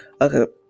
okay